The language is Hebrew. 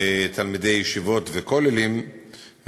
בתלמידי ישיבות וכוללים,